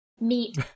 Meat